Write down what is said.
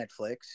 Netflix